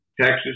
Texas